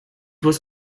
was